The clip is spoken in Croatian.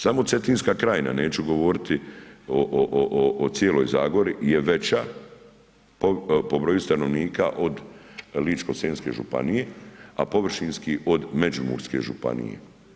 Samo Cetinska krajina neću govoriti o cijeloj Zagori je veća po broju stanovnika od Ličko-senjske županije, a površinski od Međimurske županije.